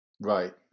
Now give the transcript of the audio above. Right